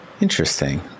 Interesting